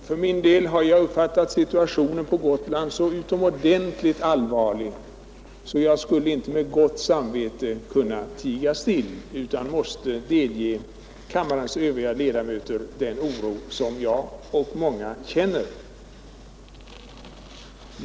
För min del har jag uppfattat situationen på Gotland som så utomordentligt allvarlig att jag inte med gott samvete skulle kunna tiga still utan måste delge kammarens övriga ledamöter den oro jag och många andra känner.